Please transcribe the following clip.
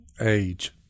age